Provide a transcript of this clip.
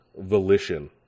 Volition